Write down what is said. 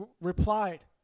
replied